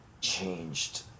changed